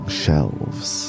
shelves